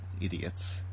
idiots